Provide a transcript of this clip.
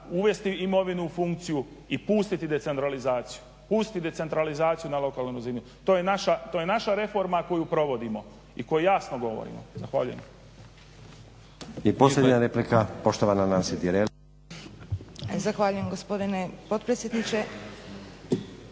uvesti imovinu u funkciju i pustiti decentralizaciju, pustiti decentralizaciju na lokalnoj razini. To je naša reforma koju provodimo i koju jasno govorimo. Zahvaljujem.